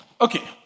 Okay